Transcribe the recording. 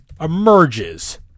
emerges